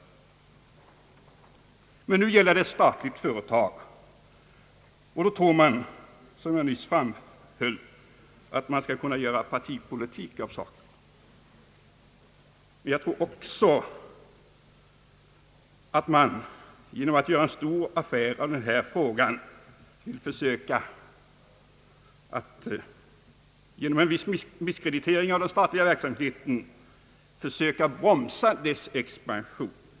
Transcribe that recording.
Nu gäller det ett statligt företag, och då tror man, som jag nyss framhöll, att det går att göra partipolitik av saken. Genom att göra en stor affär av den här frågan tror jag att man genom misskreditering av den statliga verksamheten vill bromsa dess expansion.